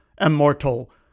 immortal